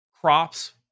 crops